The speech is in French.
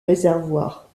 réservoir